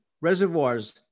reservoirs